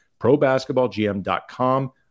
probasketballgm.com